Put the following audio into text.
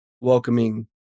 welcoming